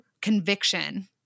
conviction